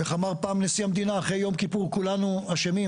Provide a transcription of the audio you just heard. איך אמר פעם נשיא המדינה אחרי יום כיפור כולנו אשמים.